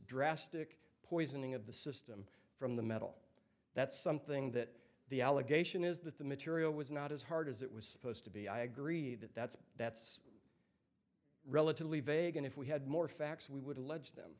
drastic poisoning of the system from the metal that's something that the allegation is that the material was not as hard as it was supposed to be i agree that that's that's relatively vague and if we had more facts we would allege them